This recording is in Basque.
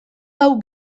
hau